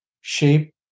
shape